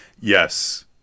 yes